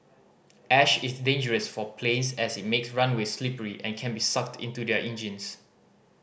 ash is dangerous for planes as it makes runways slippery and can be sucked into their engines